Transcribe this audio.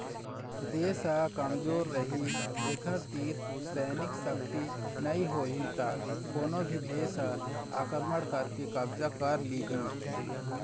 देश ह कमजोर रहि एखर तीर सैनिक सक्ति नइ होही त कोनो भी देस ह आक्रमण करके कब्जा कर लिहि